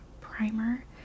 Primer